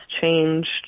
changed